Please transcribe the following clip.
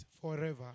forever